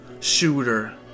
shooter